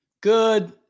Good